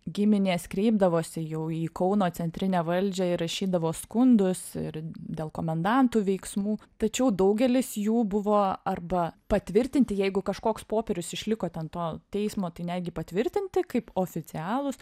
giminės kreipdavosi jau į kauno centrinę valdžią ir rašydavo skundus ir dėl komendantų veiksmų tačiau daugelis jų buvo arba patvirtinti jeigu kažkoks popierius išliko ten to teismo tai netgi patvirtinti kaip oficialūs